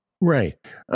Right